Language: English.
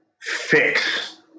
fix